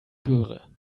göre